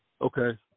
Okay